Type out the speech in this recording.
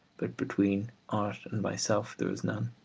but between art and myself there is none.